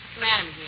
Madam